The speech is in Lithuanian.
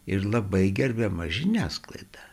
ir labai gerbiama žiniasklaida